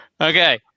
Okay